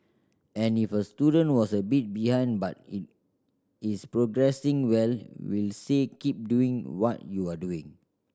and if a student was a bit behind but it is progressing well we'll say keep doing what you're doing